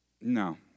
No